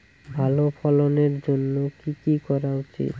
ভালো ফলনের জন্য কি কি করা উচিৎ?